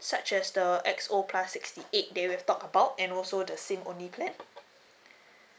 such as the X_O plus sixty eight that we've talk about and also the SIM only plan